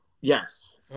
Yes